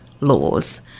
laws